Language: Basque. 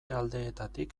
aldeetatik